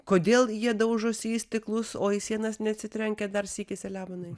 kodėl jie daužosi į stiklus o į sienas neatsitrenkia dar sykį selemonai